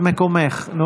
לא